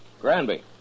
Granby